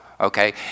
okay